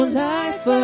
life